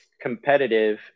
competitive